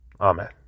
Amen